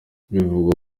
bivugwa